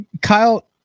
Kyle